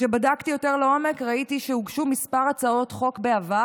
כשבדקתי יותר לעומק ראיתי שהוגשו כמה הצעות חוק בעבר,